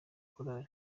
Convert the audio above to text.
choir